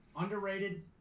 underrated